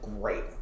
great